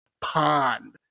pond